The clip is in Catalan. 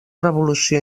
revolució